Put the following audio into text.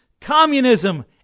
communism